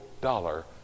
dollar